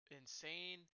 insane